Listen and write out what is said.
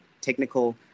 technical